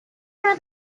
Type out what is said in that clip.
know